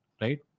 right